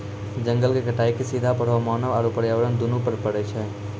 जंगल के कटाइ के सीधा प्रभाव मानव आरू पर्यावरण दूनू पर पड़ै छै